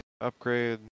upgrade